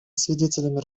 свидетелями